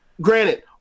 granted